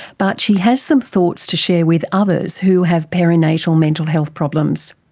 but she has some thoughts to share with others who have perinatal mental health problems.